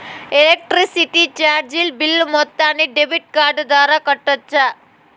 Electricity చార్జీలు bill మొత్తాన్ని debit card ద్వారా కట్టొచ్చా?